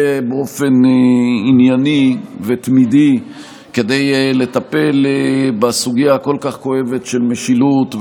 באופן ענייני ותמידי כדי לטפל בסוגיה הכואבת כל כך של משילות,